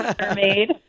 Mermaid